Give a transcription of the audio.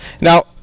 Now